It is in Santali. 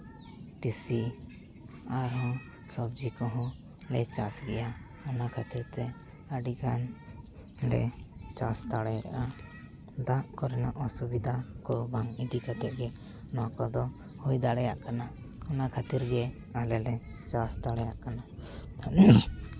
ᱛᱤᱥᱤ ᱟᱨᱦᱚᱸ ᱥᱚᱵᱽᱡᱤ ᱠᱚᱦᱚᱞᱮ ᱪᱟᱥ ᱜᱮᱭᱟ ᱚᱱᱟ ᱠᱷᱟᱹᱛᱤᱨᱛᱮ ᱟᱹᱰᱤ ᱜᱟᱱᱞᱮ ᱪᱟᱥ ᱫᱟᱲᱮᱭᱟᱜᱼᱟ ᱫᱟᱜ ᱠᱚᱨᱮᱱᱟᱜ ᱚᱥᱩᱵᱤᱫᱟ ᱫᱟᱜ ᱠᱚ ᱵᱟᱝ ᱤᱫᱤ ᱠᱟᱛᱮᱫ ᱜᱮ ᱱᱚᱣᱟ ᱠᱚᱫᱚ ᱦᱩᱭ ᱫᱲᱟᱭᱟᱜ ᱠᱟᱱᱟ ᱚᱱᱟ ᱠᱷᱟᱹᱛᱤᱨ ᱜᱮ ᱟᱞᱮᱞᱮ ᱪᱟᱥ ᱫᱟᱲᱮᱭᱟᱜ ᱠᱟᱱᱟ